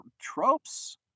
tropes